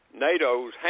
NATO's